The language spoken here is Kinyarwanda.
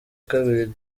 kabiri